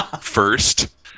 first